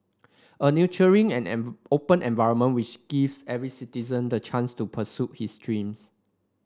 a nurturing and an open environment which gives every citizen the chance to pursue his dreams